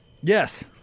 Yes